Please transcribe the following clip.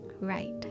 right